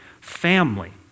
Family